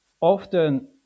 often